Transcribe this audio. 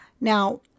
Now